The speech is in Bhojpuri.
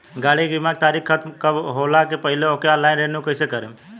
गाड़ी के बीमा के तारीक ख़तम होला के पहिले ओके ऑनलाइन रिन्यू कईसे करेम?